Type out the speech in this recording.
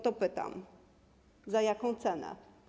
To pytam: Za jaką cenę?